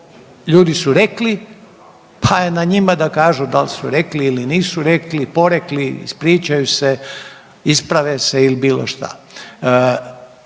ljudi su rekli, pa je na njima da kažu da li su rekli ili nisu rekli, porekli, ispričaju se, isprave se ili bilo šta.